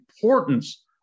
importance